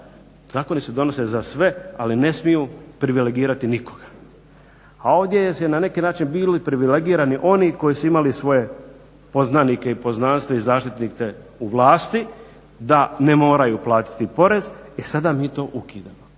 zakoni se donose za sve, ali ne smiju privilegirati nikoga. A ovdje su na neki način bili privilegirani oni koji su imali svoje poznanike i poznanstva i zaštitnike u vlasti da ne moraju platiti porez i sada mi to ukidamo.